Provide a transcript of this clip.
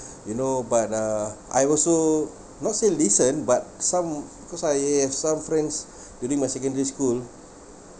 you know but uh I also not say listen but some because I have some friends during my secondary school